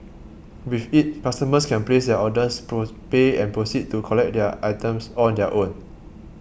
with it customers can place their orders pay and proceed to collect their items on their own